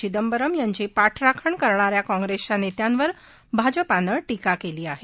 चिंदबरम यांची पाठराखण करणाऱ्या काँप्रस्त्विया नस्यांवर भाजपानं टीका कली आह